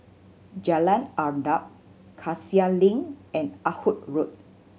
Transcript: Jalan Arnap Cassia Link and Ah Hood Road